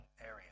area